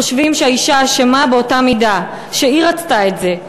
חושבים שהאישה אשמה באותה מידה, שהיא רצתה את זה.